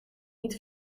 niet